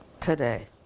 today